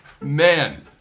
Man